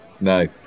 No